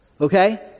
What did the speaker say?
Okay